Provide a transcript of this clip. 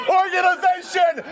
organization